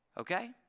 Okay